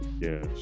Yes